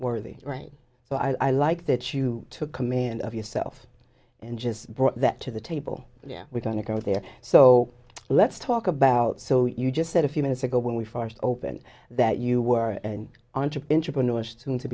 worthy right so i like that you took command of yourself and just brought that to the table yeah we're going to go there so let's talk about so you just said a few minutes ago when we first opened that you were an